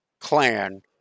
clan